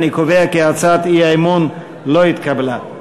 אני קובע כי הצעת האי-אמון לא התקבלה.